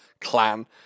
clan